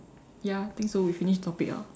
ya think so we finish topic orh